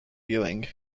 viewing